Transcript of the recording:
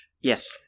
Yes